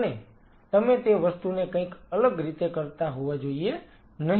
અને તમે તે વસ્તુને કંઈક અલગ રીતે કરતા હોવા જોઈએ નહિ